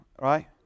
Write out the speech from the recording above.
right